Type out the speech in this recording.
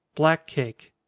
black cake.